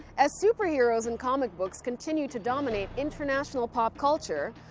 as superheroes and comic books continue to dominate international pop culture,